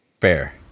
fair